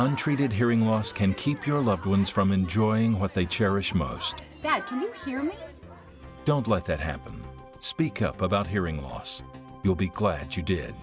untreated hearing loss can keep your loved ones from enjoying what they cherish most that too so you don't let that happen speak up about hearing loss you'll be glad you did